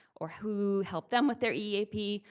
or who helped them with their eap.